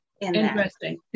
Interesting